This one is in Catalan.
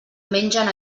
mengen